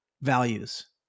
values